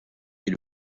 est